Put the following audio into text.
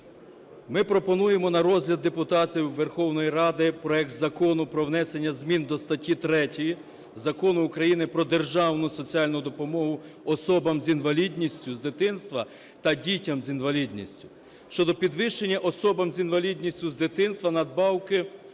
Ми пропонуємо на розгляд депутатів Верховної Ради проект Закону про внесення змін до статті 3 Закону України "Про державну соціальну допомогу особам з інвалідністю з дитинства та дітям з інвалідністю" щодо підвищення особам з інвалідністю з дитинства надбавки